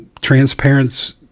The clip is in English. transparency